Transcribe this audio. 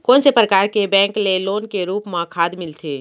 कोन से परकार के बैंक ले लोन के रूप मा खाद मिलथे?